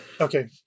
Okay